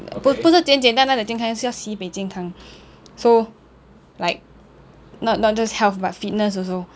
不是简简单单的健康是要四倍健康 so like not not just health but fitness also